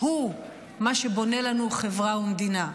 היא מה שבונה לנו חברה ומדינה.